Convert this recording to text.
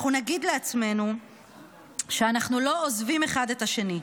אנחנו נגיד לעצמנו שאנחנו לא עוזבים אחד את השני.